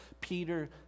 Peter